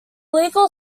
legal